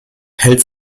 hält